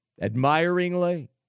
Admiringly